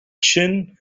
chin